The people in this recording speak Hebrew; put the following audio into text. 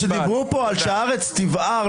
שדיברו פה שהארץ תבער,